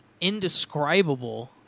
indescribable